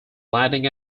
landing